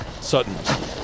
Sutton